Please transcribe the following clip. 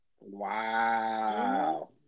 Wow